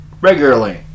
Regularly